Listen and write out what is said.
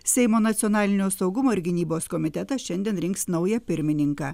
seimo nacionalinio saugumo ir gynybos komitetas šiandien rinks naują pirmininką